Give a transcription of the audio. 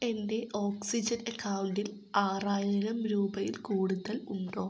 എൻ്റെ ഓക്സിജൻ അക്കൗണ്ടിൽ ആറായിരം രൂപയിൽ കൂടുതൽ ഉണ്ടോ